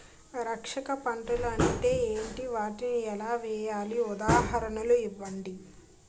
రక్షక పంటలు అంటే ఏంటి? వాటిని ఎలా వేయాలి? ఉదాహరణలు ఇవ్వండి?